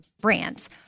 brands